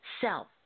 self